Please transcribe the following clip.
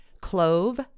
clove